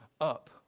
up